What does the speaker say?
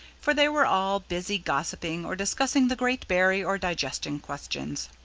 for they were all busy gossiping, or discussing the great berry or digestion questions.